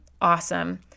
awesome